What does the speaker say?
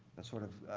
that sort of